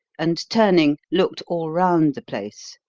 and turning, looked all round the place.